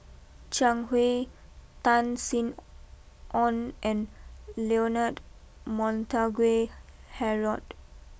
Zhang Hui Tan Sin Aun and Leonard Montague Harrod